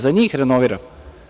Za njih renoviramo.